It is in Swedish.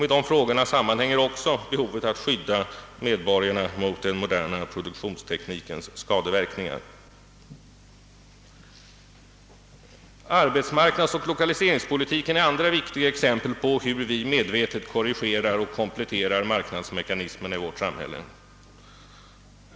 Med dessa frågor sammanhänger också behovet att skydda medborgarna mot den moderna produktionsteknikens skadeverkningar. Arbetsmarknadsoch lokaliseringspolitiken är andra viktiga exempel på hur vi medvetet korrigerar och kompletterar marknadsmekanismen i vårt samhälle.